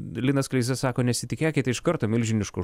linas kleiza sako nesitikėkit iš karto milžiniško